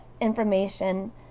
information